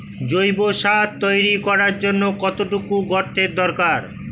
জৈব সার তৈরি করার জন্য কত ফুট গর্তের দরকার?